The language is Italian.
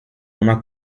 una